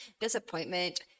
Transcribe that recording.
disappointment